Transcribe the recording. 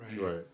right